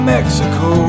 Mexico